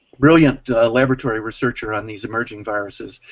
brilliant laboratory researcher on these emerging viruses,